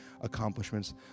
accomplishments